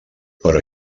però